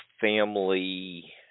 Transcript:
family